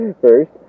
first